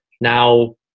now